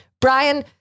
Brian